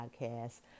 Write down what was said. podcast